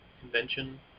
convention